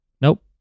Nope